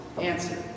answer